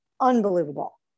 unbelievable